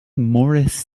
moris